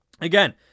again